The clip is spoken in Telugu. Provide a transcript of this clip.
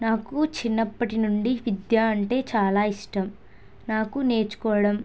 నాకు చిన్నప్పటినుండి విద్య అంటే చాలా ఇష్టం నాకు నేర్చుకోవడం